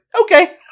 okay